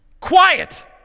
quiet